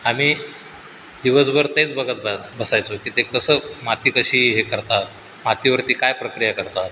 आम्ही दिवसभर तेच बघत रा बसायचो की ते कसं माती कशी हे करतात मातीवरती काय प्रक्रिया करतात